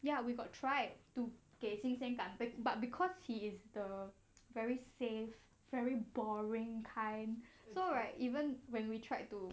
ya we've got tried to 给新鲜感被 but because he is the very safe very boring kind so right even when we tried to